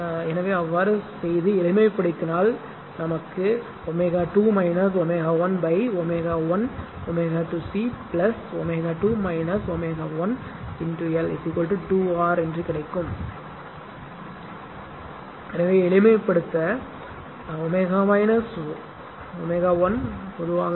எனவே அவ்வாறு செய்து எளிமைப்படுத்தினால் எனவே எளிமைப்படுத்த ω ω 1 பொதுவானது